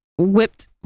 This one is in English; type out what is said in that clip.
whipped